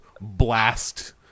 blast